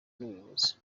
n’ubuyobozi